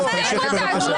תמשיכי, בבקשה.